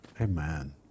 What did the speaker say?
Amen